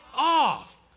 Off